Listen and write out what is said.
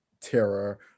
terror